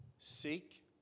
Seek